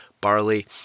barley